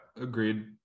agreed